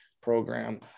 program